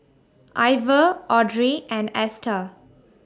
Iver Audrey and Esta